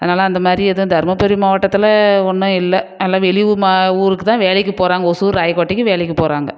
அதனால் அந்தமாதிரி எதுவும் தருமபுரி மாவட்டத்தில் ஒன்றும் இல்லை எல்லாம் வெளியூர் மா ஊருக்குதான் வேலைக்கு போகிறாங்க ஓசூர் ராயக்கோட்டைக்கு வேலைக்கு போகிறாங்க